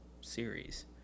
series